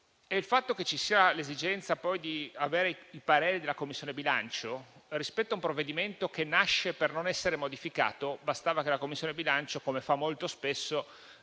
il fatto che ci sia l'esigenza di avere il parere della Commissione bilancio rispetto a un provvedimento che nasce per non essere modificato, bastava che la Commissione bilancio - come fa molto spesso